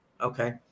okay